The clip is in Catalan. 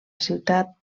ciutat